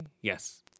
Yes